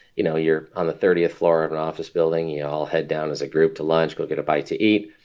you know, you're on the thirtieth floor of an office building. you all head down as a group to lunch go get a bite to eat.